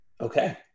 okay